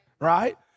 right